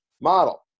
model